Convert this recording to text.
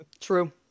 True